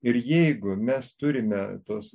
ir jeigu mes turime tos